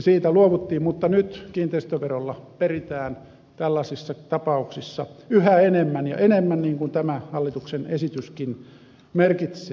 siitä luovuttiin mutta nyt kiinteistöveroa peritään tällaisissa tapauksissa yhä enemmän ja enemmän niin kuin tämä hallituksen esityskin merkitsee